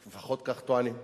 לפחות כך טוענים.